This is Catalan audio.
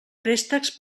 préstecs